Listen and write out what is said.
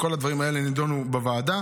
כל הדברים האלו נדונו בוועדה.